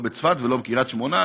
לא בצפת ולא בקריית שמונה.